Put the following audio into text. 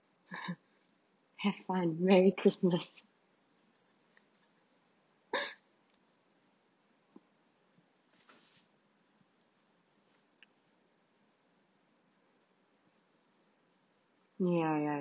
have fun merry christmas ya ya